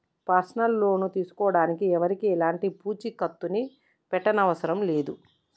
personal loan తీసుకోడానికి ఎవరికీ ఎలాంటి పూచీకత్తుని పెట్టనవసరం లేదు